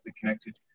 connected